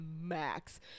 max